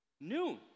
Noon